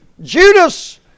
Judas